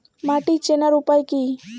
মাটি চেনার উপায় কি?